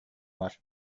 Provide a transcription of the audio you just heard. var